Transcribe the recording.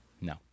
No